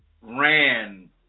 ran